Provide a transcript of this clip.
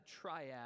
triad